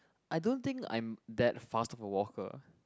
I don't think I'm that fast of a walker